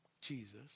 Jesus